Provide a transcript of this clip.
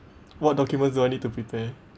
what documents do I need to prepare